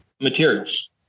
materials